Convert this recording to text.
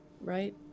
Right